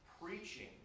preaching